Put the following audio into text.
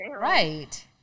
Right